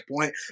point